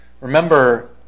Remember